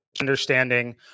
understanding